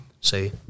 Say